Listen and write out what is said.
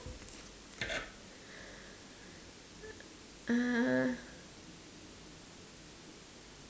uh